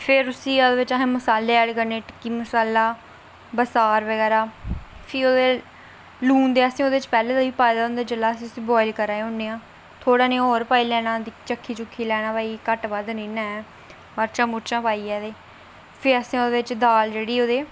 फिर उसी अस इक टिक्की मसाला बसार बगैरा फिर लून ते आसे ओहदे बिच पैहलें दा गे पाए दा होंदा जेल्लै अस बुआइल करा दे होन्ने आं थोह्ड़ा जेहा होर पाई लैना चक्खी लैना भाई घट्ट बद्ध ते नेईं है ना मर्चां मुर्चां पाइयै फ्ही असें ओहदे च दाल जेहड़ी ऐ